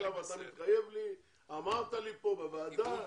אמרת לי פה בוועדה,